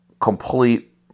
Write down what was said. complete